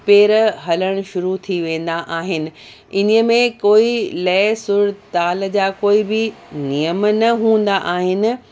पेर हलणु शुरू थी वेंदा आहिनि इनीअ में कोई लय सुर ताल जा कोई बि नेम न हूंदा आहिनि